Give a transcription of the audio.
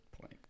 point